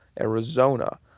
Arizona